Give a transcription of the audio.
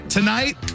Tonight